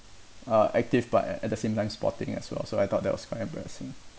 uh active but at at the same time sporting as well so I thought that was quite embarrassing